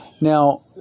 Now